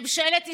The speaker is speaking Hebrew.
ממשלת ישראל,